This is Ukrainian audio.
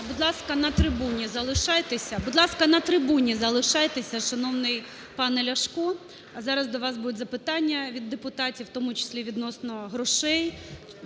Будь ласка, на трибуні залишайтеся, шановний пане Ляшко. Зараз до вас будуть запитання від депутатів, в тому числі відносно грошей,